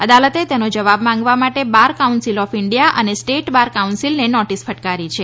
અદાલતે તેનો જવાબ માંગવા માટે બાર કાઉન્સીલ ઓફ ઈન્ડિયા અને સ્ટેટ બાર કાઉનસીલને નોટીસ ફટકારી છે